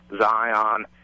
Zion